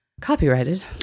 Copyrighted